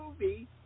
movie